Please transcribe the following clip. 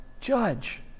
judge